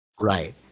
Right